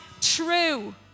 true